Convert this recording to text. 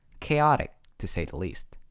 chaotic, to say the least.